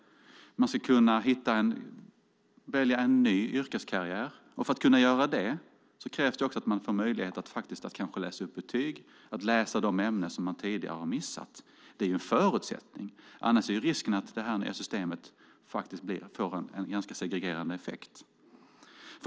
Man ska kunna välja en ny yrkeskarriär, och för att kunna göra det krävs det att man får möjlighet att läsa upp betyg och att läsa de ämnen som man tidigare har missat. Det är en förutsättning, annars är risken att det nya systemet får en ganska segregerande effekt.